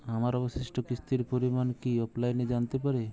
আমার অবশিষ্ট কিস্তির পরিমাণ কি অফলাইনে জানতে পারি?